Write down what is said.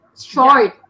short